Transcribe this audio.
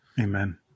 Amen